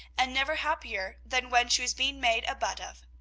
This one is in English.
and never happier than when she was being made a butt of.